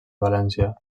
valència